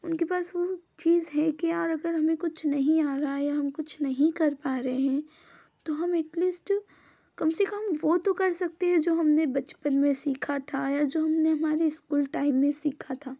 उनके पास वो चीज़ है कि यार अगर हमें कुछ नहीं आ रहा है या हम अगर कुछ नहीं कर पा रहे हैं तो हम एट लिस्ट कम से कम वो तो कर सकते हैं जो हमने बचपन में सीखा था या जो हमने हमारे स्कूल टाइम में सीखा था